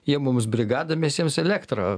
jie mums brigadą mes jiems elektrą